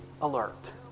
alert